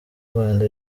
rwanda